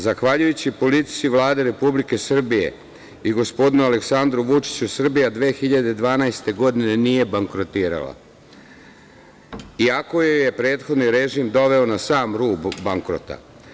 Zahvaljujući politici Vlade Republike Srbije i gospodinu Aleksandru Vučiću, Srbija 2012. godine nije bankrotirala, iako ju je prethodni režim doveo na sam rub bankrota.